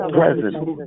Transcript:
presence